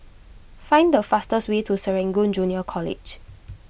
find the fastest way to Serangoon Junior College